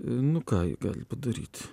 nu ką jie gali padaryt